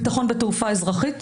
ביטחון בתעופה אזרחית,